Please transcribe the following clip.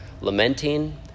lamenting